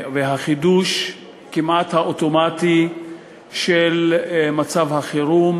והחידוש כמעט האוטומטי של מצב החירום